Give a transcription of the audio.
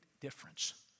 difference